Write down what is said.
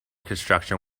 construction